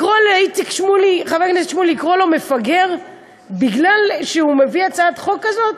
לקרוא לחבר הכנסת שמולי מפגר כי הוא מביא הצעת חוק כזאת?